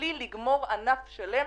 מבלי לגמור ענף שלם,